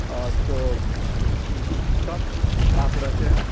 اور تو کب آپ رہتے ہیں